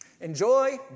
Enjoy